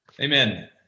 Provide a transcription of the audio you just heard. Amen